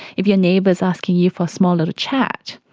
if your neighbour is asking you for a small little chat,